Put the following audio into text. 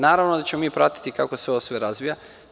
Naravno da ćemo mi pratiti kako se sve ovo razvija.